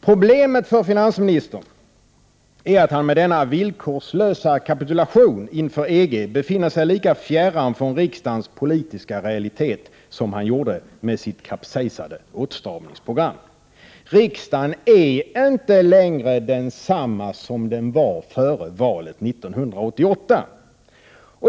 Problemet för finansministern är att han med denna villkorslösa kapitula Prot. 1988/89:129 tion inför EG befinner sig lika fjärran från riksdagens politiska realitet som 6 juni 1989 han gjorde med sitt kapsejsade åtstramningsprogram. Riksdagen är inte längre densamma som den var före valet 1988.